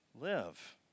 live